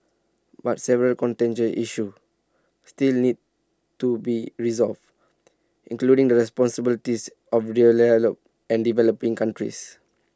but several contentious issues still need to be resolved including the responsibilities of and developing countries